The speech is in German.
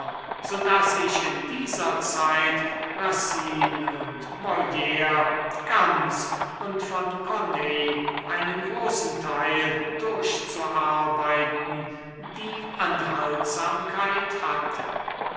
so daß ich in dieser zeit racine und mollire ganz und von corneille einen großen teil durchzuarbeiten die anhaltsamkeit hatte